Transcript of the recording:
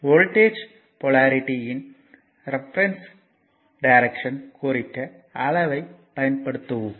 voltage போலாரிட்டியின் reference direction ஐ குறிக்க அளவை பயன்படுத்திடுவோம்